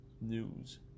news